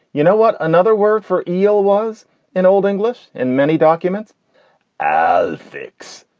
you know what? another word for eel was in old english in many documents as sticks.